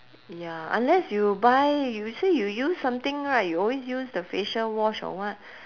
ya unless you buy you say you use something right you always use the facial wash or what